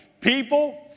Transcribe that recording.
people